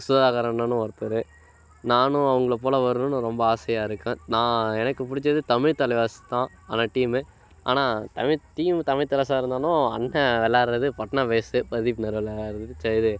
சுதாகர் அண்ணனும் ஒருத்தர் நானும் அவங்கள போல் வரணும்னு ரொம்ப ஆசையாக இருக்கேன் நான் எனக்கு பிடிச்சது தமிழ் தலைவாஸ் தான் ஆனால் டீமு ஆனால் தமிழ் டீம் தமிழ் தலைவாஸாக இருந்தாலும் அண்ணன் விளாட்றது பட்னா பேஸு பர்தீப் அண்ணா விளாட்றது இது